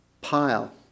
pile